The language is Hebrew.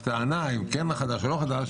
הטענה אם זה כן נושא חדש או לא נושא חדש,